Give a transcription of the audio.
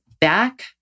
back